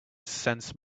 sense